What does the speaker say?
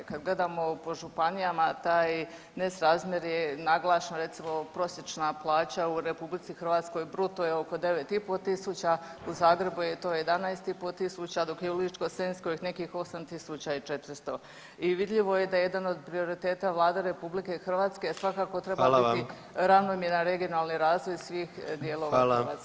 Kad gledamo po županijama, taj nesrazmjer je naglašeno, recimo, prosječna plaća u RH bruto je oko 9,5 tisuća, u Zagrebu je to 11,5 tisuća, dok je u Ličko-senjskoj nekih 8 400 i vidljivo je da je jedan od prioriteta Vlade RH svakako treba [[Upadica: Hvala vam.]] biti ravnomjeran regionalni razvoj svih dijelova [[Upadica: Hvala.]] Hrvatske.